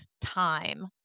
time